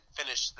finish